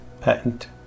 Patent